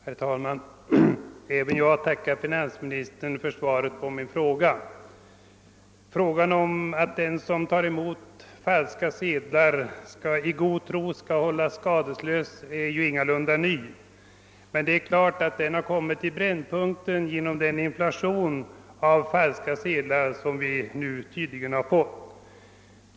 Herr talman! Även jag tackar finansministern för svaret på min fråga. Spörsmålet huruvida en person som tar emot falska sedlar i god tro skall hållas skadeslös är ju ingalunda nytt, men det har självfallet kommit i brännpunkten genom den inflation i falska sedlar som nu uppstått.